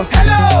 Hello